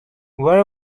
very